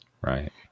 Right